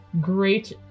great